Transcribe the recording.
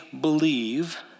believe